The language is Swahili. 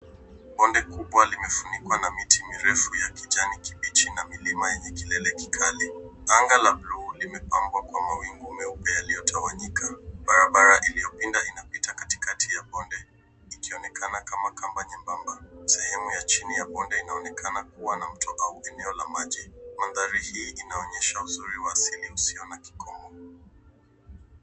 Bonde kubwa limefunikwa na miti mirefu ya kijani kibichi na milima yenye kilele kikali. Anga la bluu limepambwa kwa mawingu meupe yaliyotawanyika. Barabara iliyopinda inapita katikati ya bonde, ikionekana kama kamba nyembamba. Sehemu ya chini ya bonde inaonekana kuwa na mto au eneo la maji. Mandhari hii inaonyesha uzuri wa asili usio na kikomo.